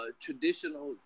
traditional